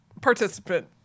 participant